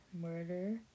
murder